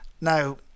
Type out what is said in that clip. now